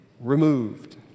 removed